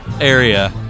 area